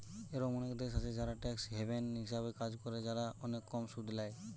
এরোম অনেক দেশ আছে যারা ট্যাক্স হ্যাভেন হিসাবে কাজ করে, যারা অনেক কম সুদ ল্যায়